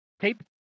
tape